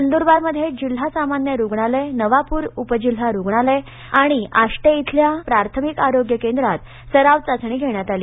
नंदुरबारमध्ये जिल्हा सामान्य रुग्णालय नवापुर उपजिल्हा रुग्णालय आणि आष्टे इथल्या प्राथमिक आरोग्य केंद्रात सराव चाचणी घेण्यात आली